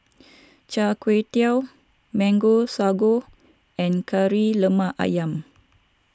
Chai Kuay Tow Mango Sago and Kari Lemak Ayam